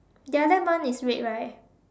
the other one is red right